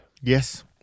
Yes